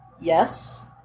Yes